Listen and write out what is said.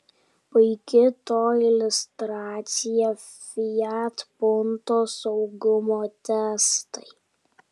puiki to iliustracija fiat punto saugumo testai